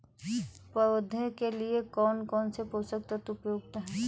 पौधे के लिए कौन कौन से पोषक तत्व उपयुक्त होते हैं?